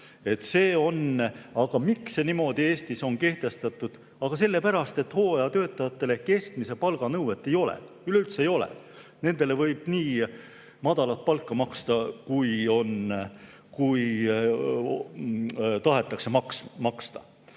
hooaega. Aga miks see niimoodi Eestis on kehtestatud? Sellepärast, et hooajatöötajatele keskmise palga nõuet ei ole, üleüldse ei ole. Nendele võib nii madalat palka maksta, kui tahetakse maksta.